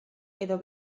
edo